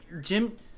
Jim